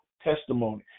testimony